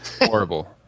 horrible